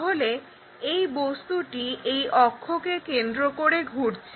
তাহলে এই বস্তুটি এই অক্ষকে কেন্দ্র করে ঘুরছে